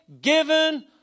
given